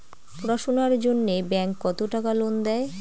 পড়াশুনার জন্যে ব্যাংক কত টাকা লোন দেয়?